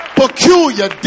peculiar